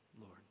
Lord